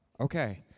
okay